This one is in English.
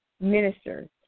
ministers